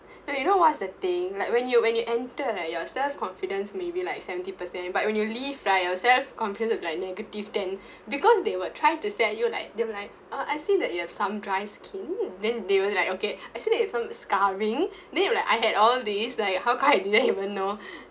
no you know what's the thing like when you when you enter right your self-confidence maybe like seventy percent but when you leave right yourself confidence be like negative ten because they will try to set you like they'll be like uh I see that you have some dry skin then they will like okay actually you some scarring then you like I had all these like how come I didn't even know